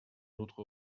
autre